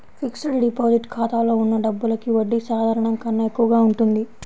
fixed deposit ఖాతాలో ఉన్న డబ్బులకి వడ్డీ సాధారణం కన్నా ఎక్కువగా ఉంటుంది